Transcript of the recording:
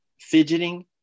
fidgeting